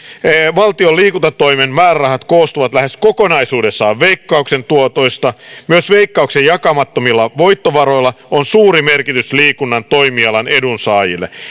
valtion liikuntatoimen määrärahat koostuvat lähes kokonaisuudessaan veikkauksen tuotoista myös veikkauksen jakamattomilla voittovaroilla on suuri merkitys liikunnan toimialan edunsaajille